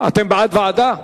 בעד ועדה.